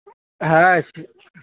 হ্যাঁ